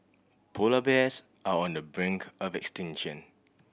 polar bears are on the brink of extinction